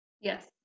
Yes